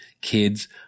kids